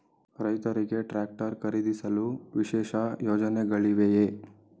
ರೈತರಿಗೆ ಟ್ರಾಕ್ಟರ್ ಖರೀದಿಸಲು ವಿಶೇಷ ಯೋಜನೆಗಳಿವೆಯೇ?